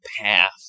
path